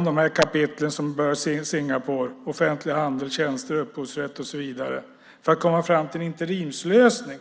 de kapitel som berör Singapore, offentlig handel, tjänster, upphovsrätt och så vidare, för att komma fram till en interimslösning.